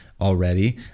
already